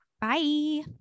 Bye